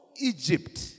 Egypt